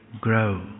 grow